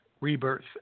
rebirth